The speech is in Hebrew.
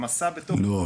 במסע --- לא,